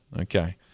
okay